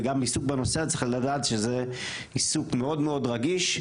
וגם צריך לדעת שעיסוק בנושא הזה הוא עיסוק מאד מאד רגיש,